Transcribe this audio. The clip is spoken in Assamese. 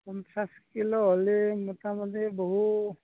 পঞ্চাছ কিলো হ'লে মোটামোটি বহু